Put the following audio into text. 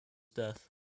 death